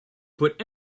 put